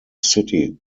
city